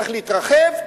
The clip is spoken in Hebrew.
צריך להתרחב,